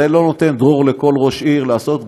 זה לא נותן דרור לכל ראש עיר לעשות,